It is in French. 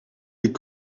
est